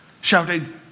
shouting